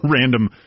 random